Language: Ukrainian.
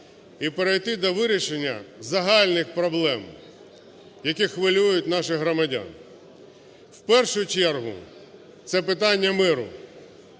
і перейти до вирішення загальних проблем, які хвилюють наших громадян, в першу чергу це питання миру.